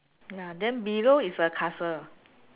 ya then below is a castle